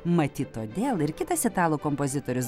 matyt todėl ir kitas italų kompozitorius